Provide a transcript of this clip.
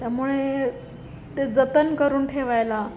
त्यामुळे ते जतन करून ठेवायला